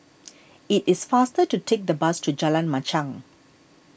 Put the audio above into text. it is faster to take the bus to Jalan Machang